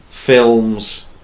films